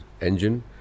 engine